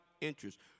interest